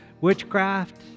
witchcraft